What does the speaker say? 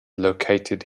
located